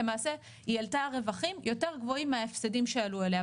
למעשה היא העלתה רווחים יותר גבוהים מההפסדים שעלו אליה,